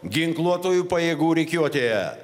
ginkluotųjų pajėgų rikiuotė